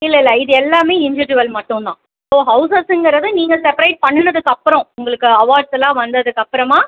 இல்லை இல்லை இது எல்லாமே இண்டிஜுவல் மட்டும் தான் ஸோ ஹவுஸஸுங்கறது நீங்கள் செப்ரேட் பண்ணுனதுக்கப்புறம் உங்களுக்கு அவார்ட்ஸலாம் வந்ததுக்கப்புறமா